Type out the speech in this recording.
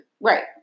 Right